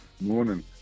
Morning